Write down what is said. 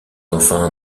enfin